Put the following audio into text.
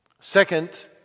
Second